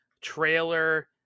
trailer